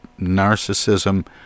narcissism